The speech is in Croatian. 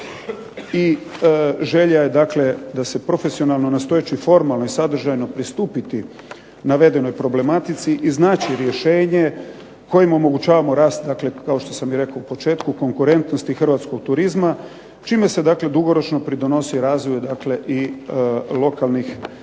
i želja je dakle da se profesionalno nastojeći i formalno i sadržajno pristupiti navedenoj problematici, iznaći rješenje kojim omogućavamo rast, dakle kao što sam i rekao u početku konkurentnosti hrvatskog turizma čime se dakle dugoročno pridonosi razvoju dakle i lokalnih zajednica.